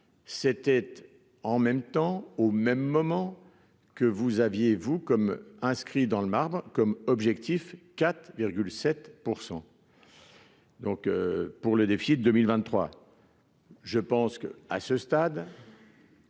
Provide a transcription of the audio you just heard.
c'était en même temps, au même moment que vous aviez-vous comme inscrit dans le marbre comme objectif et 4 7 %. Donc pour le déficit 2023, je pense qu'à ce stade.